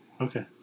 Okay